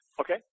Okay